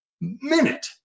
minute